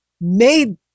made